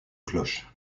cloche